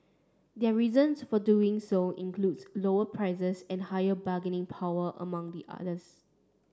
their reasons for doing so includes lower prices and higher bargaining power among the others